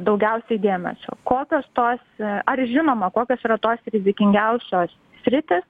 daugiausiai dėmesio kokios tos ar žinoma kokios yra tos rizikingiausios sritys